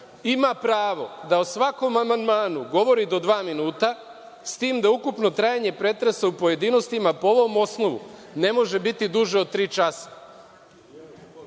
ima pravo da o svakom amandmanu govori do dva minuta, s tim da ukupno trajanje pretresa u pojedinostima po ovom osnovu ne može biti duže od tri časa“.